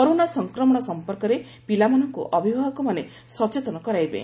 corona ସଂକ୍ରମଣ ସଂପର୍କରେ ପିଲାମାନଙ୍କୁ ଅଭିଭାବକମାନେ ସଚେତନ କରାଇବେ